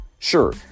Sure